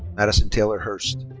madison taylor hurst.